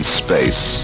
space